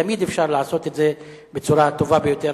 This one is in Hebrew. תמיד אפשר לעשות את זה בצורה הטובה ביותר.